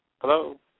Hello